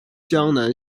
江南